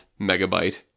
megabyte